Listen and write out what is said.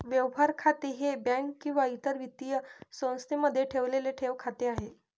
व्यवहार खाते हे बँक किंवा इतर वित्तीय संस्थेमध्ये ठेवलेले ठेव खाते आहे